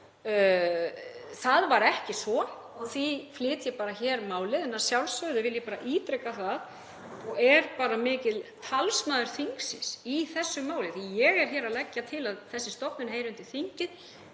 Það var ekki svo og því flyt ég hér málið. En að sjálfsögðu vil ég bara ítreka það, og er bara mikill talsmaður þingsins í þessu máli, því að ég er hér að leggja til að þessi stofnun heyri undir þingið,